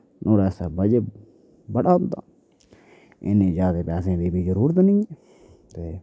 नुहाड़े आस्तै बड़ा होंदा इन्ने जैदा पैसें दी मिगी जरुरत गै निं ते